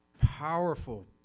powerful